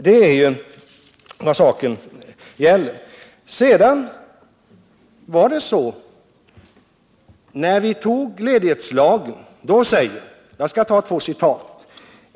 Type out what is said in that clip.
Det är vad saken gäller. Jag vill vidare anföra två citat från debatten i riksdagen i samband med antagandet av ledighetslagen.